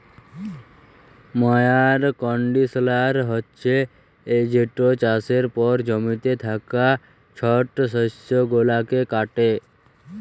ময়ার কল্ডিশলার হছে যেট চাষের পর জমিতে থ্যাকা ছট শস্য গুলাকে কাটে